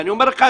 אני אומר לך,